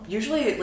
usually